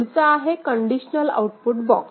पुढचा आहे conditional output box